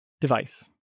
device